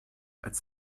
als